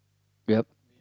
yup